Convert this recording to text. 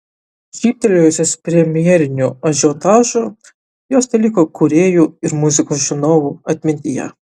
žybtelėjusios premjeriniu ažiotažu jos teliko kūrėjų ir muzikos žinovų atmintyje